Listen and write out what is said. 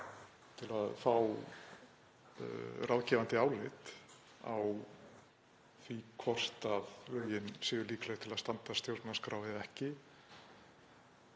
til að fá ráðgefandi álit á því hvort að lögin séu líkleg til að standast stjórnarskrá eða ekki.